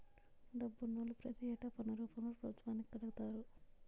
డబ్బునోళ్లు ప్రతి ఏటా పన్ను రూపంలో పభుత్వానికి కడతారు